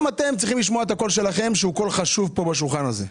גם אתם צריכים להשמיע את הקול שלכם שהוא קול חשוב בשולחן הזה.